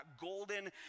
golden